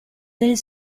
del